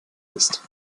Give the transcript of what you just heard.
ist